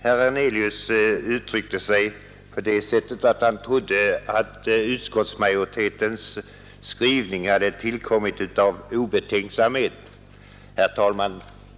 Herr Hernelius trodde att utskottsmajoritetens skrivning hade tillkommit av obetänksamhet. Herr talman!